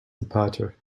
departure